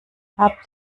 habt